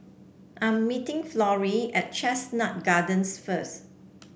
I'm meeting Florie at Chestnut Gardens first